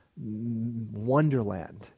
wonderland